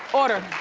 order.